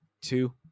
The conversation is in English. two